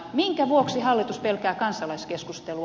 minkä vuoksi hallitus pelkää kansalaiskeskustelua